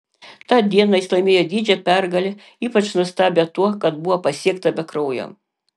tą dieną jis laimėjo didžią pergalę ypač nuostabią tuo kad buvo pasiekta be kraujo